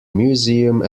museum